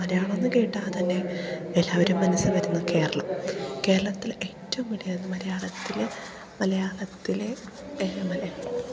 മലയാളമെന്ന് കേട്ടാൽ തന്നെ എല്ലാവരും മനസ്സിൽ വരുന്നത് കേരളം കേരളത്തിൽ ഏറ്റവും വലുത് മലയാളത്തിൽ മലയാളത്തിലെ മലയാളത്തിലെ